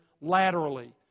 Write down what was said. laterally